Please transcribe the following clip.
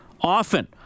often